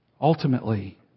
Ultimately